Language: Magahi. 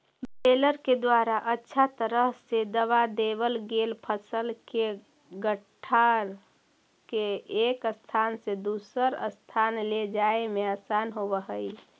बेलर के द्वारा अच्छा तरह से दबा देवल गेल फसल के गट्ठर के एक स्थान से दूसर स्थान ले जाए में आसान होवऽ हई